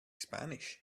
spanish